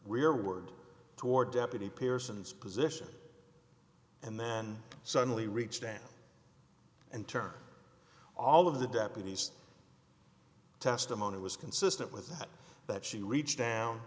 we're word toward deputy pearson's position and then suddenly reached down and turned all of the deputies testimony was consistent with that that she reached down